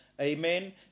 Amen